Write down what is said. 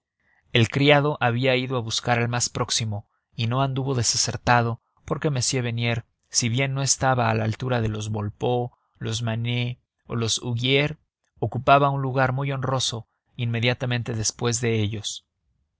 el criado había ido a buscar al más próximo y no anduvo desacertado porque m bernier si bien no estaba a la altura de los velpeau los manee y los huguier ocupaba un lugar muy honroso inmediatamente después de ellos